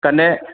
कन्नै